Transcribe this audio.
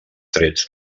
trets